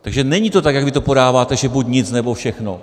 Takže není to tak, jak vy to podáváte, že buď nic, nebo všechno.